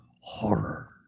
Horror